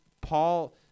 Paul